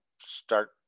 start